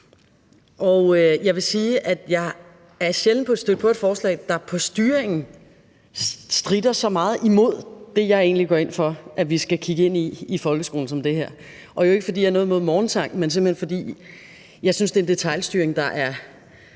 Jeg vil sige, at jeg sjældent er stødt på et forslag, der på styringen stritter så meget imod det, jeg egentlig går ind for at vi skal kigge ind i i folkeskolen, som det her gør. Det er jo ikke, fordi jeg har noget imod morgensang, men fordi jeg synes, det er en detailstyring, der